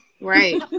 Right